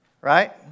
Right